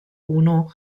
uno